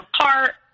apart